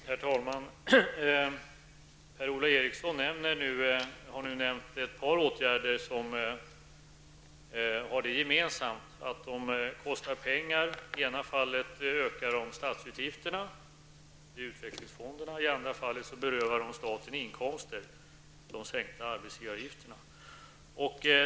Herr talman! Per-Ola Eriksson har nu nämnt ett par åtgärder som har det gemensamt att de kostar pengar. I det ena fallet, när det gäller utvecklingsfonderna, ökar de statsutgifterna, och i det andra fallet, en sänkning av arbetsgivaravgifterna, berövar staten inkomster.